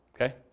okay